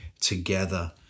together